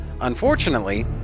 Unfortunately